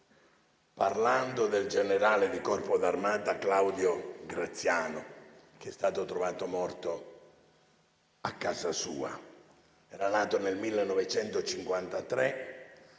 parlando del generale di corpo d'armata Claudio Graziano, che è stato trovato morto nella sua casa. Nato nel 1953,